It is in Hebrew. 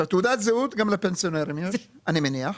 תעודת זהות, גם לפנסיונרים יש, אני מניח,